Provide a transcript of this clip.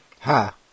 Ha